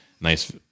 nice